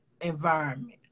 environment